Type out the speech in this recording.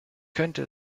könnte